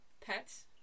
pets